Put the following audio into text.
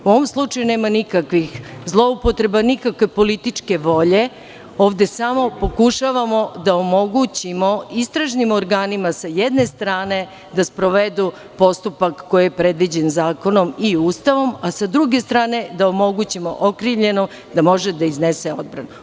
U ovom slučaju nema nikakvih zloupotreba, nikakve političke volje, ovde samo pokušavamo da omogućimo istražnim organima sa jedne strane da sprovedu postupak koji je predviđen zakonom i Ustavom, a sa druge strane da omogućimo okrivljenom da može da iznese odbranu.